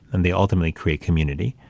and they ultimately create community.